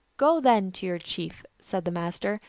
go then to your chief, said the master,